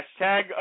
hashtag